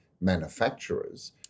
manufacturers